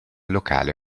locale